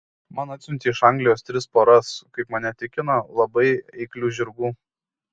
man atsiuntė iš anglijos tris poras kaip mane tikino labai eiklių žirgų